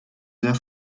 sehr